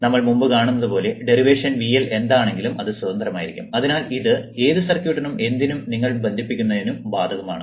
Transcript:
നമ്മൾ മുമ്പ് കാണുന്നത് പോലെ ഡെറിവേഷൻ VL എന്താണെങ്കിലും അത് സ്വതന്ത്രമായിരിക്കും അതിനാൽ ഇത് ഏത് സർക്യൂട്ടിനും എന്തിനും നിങ്ങൾ ബന്ധിപ്പിക്കുന്നനും ബാധകമാണ്